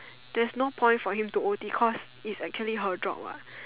there's no point for him to o_t cause it's actually her job what